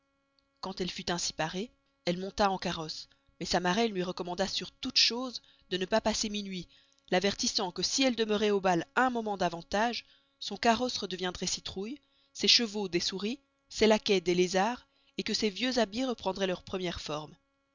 quand elle fut ainsi parée elle monta en carosse mais sa maraine luy recommanda sur toutes choses de ne pas passer minuit l'avertissant que si elle demeuroit au bal un moment davantage son carosse redeviendroit citroüille ses chevaux des souris ses laquais des lezards et que ses vieux habits reprendroient leur première forme